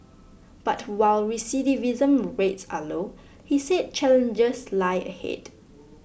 but while recidivism rates are low he said challenges lie ahead